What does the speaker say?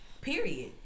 Period